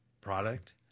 product